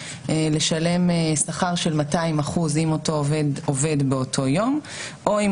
לשלם שכר של 200% אם אותו עובד עובד באותו יום או אם